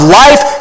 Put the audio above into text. life